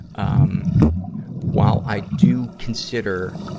um while i do consider,